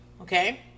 Okay